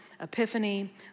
Epiphany